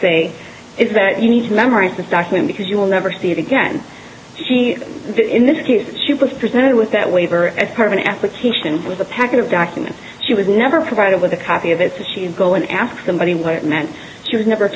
say is that you need to memorize this document because you will never see it again she did in this case she was presented with that waiver as part of an application with a packet of documents she would never provided with a copy of it she would go and ask somebody what it meant she was never